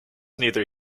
neither